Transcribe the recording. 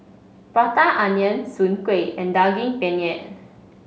Prata Onion Soon Kueh and Daging Penyet